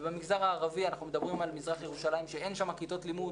ובמגזר הערבי אנחנו מדברים על מזרח ירושלים שאין שם כיתות לימוד,